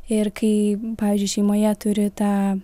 ir kai pavyzdžiui šeimoje turi tą